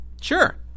Sure